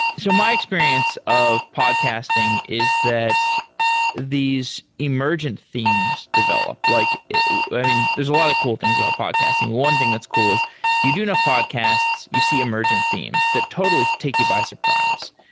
so my experience of podcasting is that these emergent themes develop. like i mean, there're a lot of cool things about podcasting. one thing that's cool is you do enough podcasts. you see emergent themes. that totally takes you by surprise.